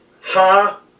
ha